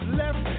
left